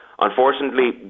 unfortunately